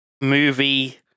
movie